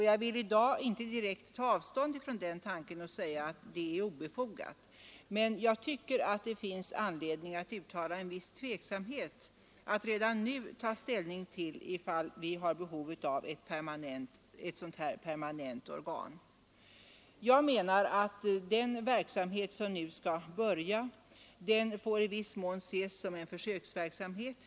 Jag vill i dag inte direkt ta avstånd och säga att en sådan myndighet är 35 obefogad, men det finns anledning att uttala en viss tveksamhet mot att redan nu ta ställning till behovet av ett permanent organ. Den verksamhet som nu skall börja får i viss mån ses som en försöksverksamhet.